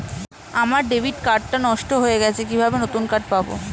আমার debit card টা নষ্ট হয়ে গেছে কিভাবে নতুন কার্ড পাব?